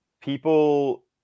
people